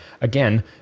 again